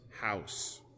house